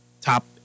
top